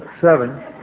seven